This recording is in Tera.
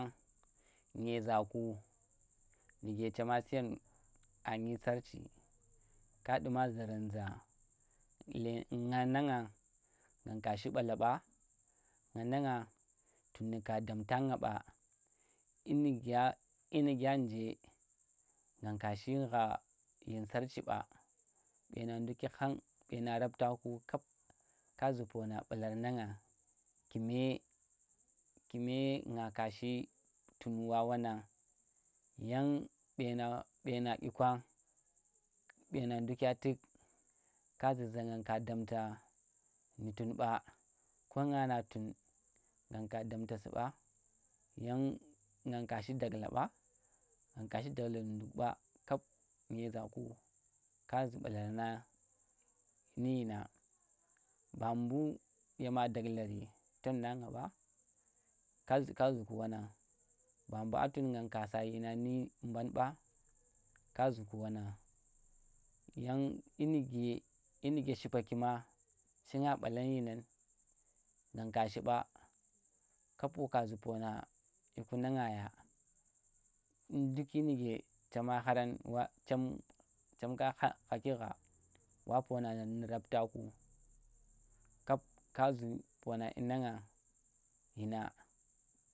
Nyezaku nuge chema suyen a nyi sarchi ka ɓuma zuran za le nga nangang nang ka shi ɓala ɓa, nga nangang, tun nuka damta nga ɓa, dyi nu gya, dyi nu̱ gya nje nang ka shingha yin sarchi ɓa. Ɓena nduki khang ɓena rapta ku, kap ka zu pona ɓalor na ngang, kume, kume nga ka shi tun wa wanang, yanga ɓena, ɓena dyi kwang, ɓena ndukya tuk ka zu za nang ka damta nu tun ɓa, mbu nga tun nang ka damya su ɓa, yang nang ka shi daghla ɓa nang ka shi daghla nu ndule ɓa kap nye zaku ka zu ɓalor nang nu dyi na. Ba mbu̱ yema daghlari ton na nga ɓen ka zu, ko zuku wanang. Ba mbu̱ a tun nang ka sa dyina nu mban ɓa, ka zu ku wan nang yang dyi nuge, dyi nuge shipa ki ma shinga ɓalar dyi nam nang ka shi ɓa. Kap waka zu̱ ponna dyi ku nang nga ya dyin nduki nuge chema kharan wa chem chem ka kha, khaki gha, wa ponna ndu rapta ku kap ka zu ponna dyi nang nga dyi na.